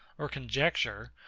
or conjecture,